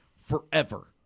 forever